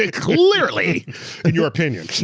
ah clearly. in your opinion.